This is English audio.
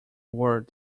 word